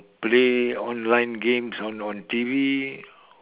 play online games on on T_V